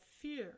fear